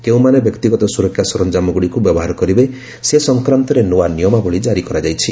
କେଉଁମାନେ ବ୍ୟକ୍ତିଗତ ସୁରକ୍ଷା ସରଞ୍ଜାମଗୁଡ଼ିକୁ ବ୍ୟବହାର କରିବେ ସେ ସଂକ୍ରାନ୍ତରେ ନୃଆ ନିୟମାବଳୀ ଜାରି କରାଯାଇଛି